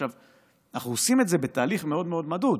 עכשיו, אנחנו עושים את זה בתהליך מאוד מאוד מדוד,